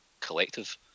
collective